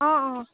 অঁ অঁ